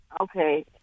Okay